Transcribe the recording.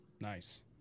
Nice